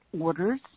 orders